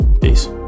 Peace